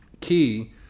key